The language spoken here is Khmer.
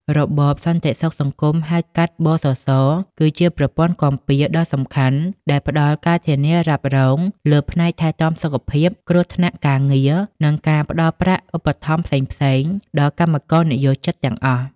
របបសន្តិសុខសង្គម ហៅកាត់ (ប.ស.ស) គឺជាប្រព័ន្ធគាំពារដ៏សំខាន់ដែលផ្តល់ការធានារ៉ាប់រងលើផ្នែកថែទាំសុខភាព គ្រោះថ្នាក់ការងារ និងការផ្តល់ប្រាក់ឧបត្ថម្ភផ្សេងៗដល់កម្មករនិយោជិតទាំងអស់។